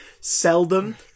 Seldom